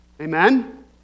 Amen